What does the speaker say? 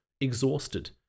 Exhausted